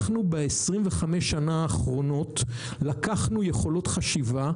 אנחנו בעשרים וחמש שנה האחרונות לקחנו יכולות חשיבה,